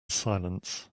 silence